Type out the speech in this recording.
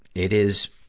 it is,